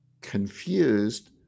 confused